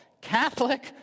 Catholic